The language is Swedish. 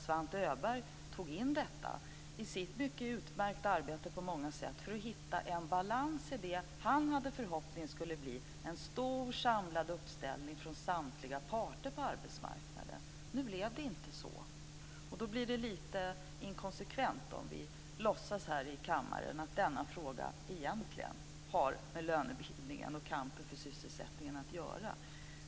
Svante Öberg tog in detta i sitt på många sätt mycket utmärkta arbete för att hitta en balans i det han hade förhoppningen skulle bli en stor samlad uppställning från samtliga parter på arbetsmarknaden. Nu blev det inte så, och det är då inkonsekvent om vi här i kammaren låtsas att denna fråga har med lönebildningen och kampen för sysselsättningen att göra.